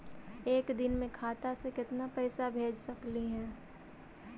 एक दिन में खाता से केतना पैसा भेज सकली हे?